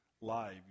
live